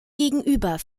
gegenüber